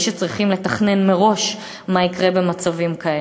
שצריכים לתכנן מראש מה יקרה במצבים כאלה,